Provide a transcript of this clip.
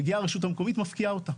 מגיעה רשות מקומית ומפקיעה אותה.